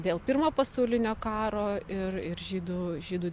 dėl pirmo pasaulinio karo ir ir žydų žydų